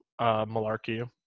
malarkey